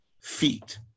feet